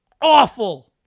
Awful